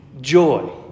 joy